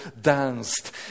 danced